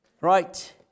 Right